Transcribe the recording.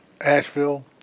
Asheville